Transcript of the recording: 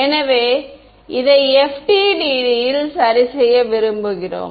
எனவே இதை FDTD இல் சரி செய்ய விரும்புகிறோம்